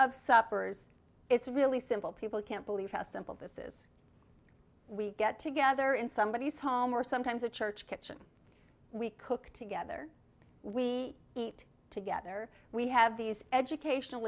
of supper's it's really simple people can't believe how simple this is we get together in somebody's home or sometimes a church kitchen we cook together we eat together we have these educational